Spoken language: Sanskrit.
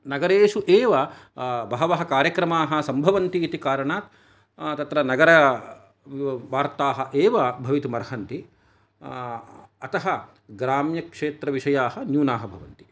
नगरेषु एव बहवः कार्यक्रमाः सम्भवन्ति इति कारणात् तत्र नगरवार्ताः एव भवितुम् अर्हन्ति अतः ग्राम्यक्षेत्रविषयाः न्यूनाः भवन्ति